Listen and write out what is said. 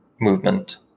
movement